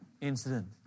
incident